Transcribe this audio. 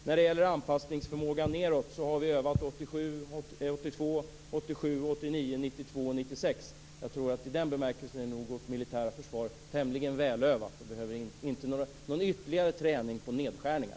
När det gäller anpassningsförmågan nedåt har vi övat 1982, 1987, 1989, 1992 och 1996. Jag tror att vårt militära försvar i den bemärkelsen är tämligen välövat. Det behöver inte någon ytterligare träning på nedskärningar.